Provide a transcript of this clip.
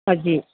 আজি